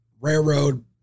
railroad